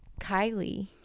kylie